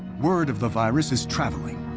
word of the virus is traveling.